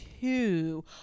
two